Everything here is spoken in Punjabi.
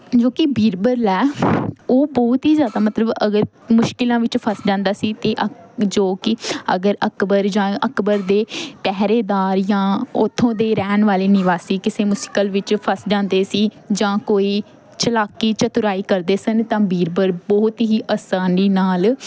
ਜੋ ਕਿ ਬੀਰਬਲ ਹੈ ਉਹ ਬਹੁਤ ਹੀ ਜ਼ਿਆਦਾ ਮਤਲਬ ਅਗਰ ਮੁਸ਼ਕਲਾਂ ਵਿੱਚ ਫਸ ਜਾਂਦਾ ਸੀ ਅਤੇ ਅ ਜੋ ਕਿ ਅਗਰ ਅਕਬਰ ਜਾਂ ਅਕਬਰ ਦੇ ਪਹਿਰੇਦਾਰ ਜਾਂ ਉੱਥੋਂ ਦੇ ਰਹਿਣ ਵਾਲੇ ਨਿਵਾਸੀ ਕਿਸੇ ਮੁਸ਼ਕਲ ਵਿੱਚ ਫਸ ਜਾਂਦੇ ਸੀ ਜਾਂ ਕੋਈ ਚਲਾਕੀ ਚਤੁਰਾਈ ਕਰਦੇ ਸਨ ਤਾਂ ਬੀਰਬਲ ਬਹੁਤ ਹੀ ਆਸਾਨੀ ਨਾਲ